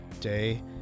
day